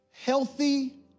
healthy